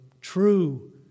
true